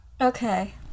Okay